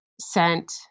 sent